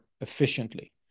efficiently